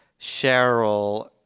Cheryl